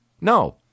No